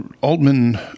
Altman